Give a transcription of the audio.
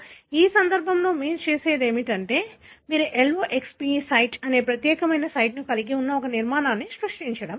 కాబట్టి ఈ సందర్భంలో మీరు చేసేది ఏమిటంటే మీరు loxP సైట్ అనే ప్రత్యేకమైన సైట్ను కలిగి ఉన్న ఒక నిర్మాణాన్ని సృష్టించడం